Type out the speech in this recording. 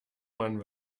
man